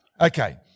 Okay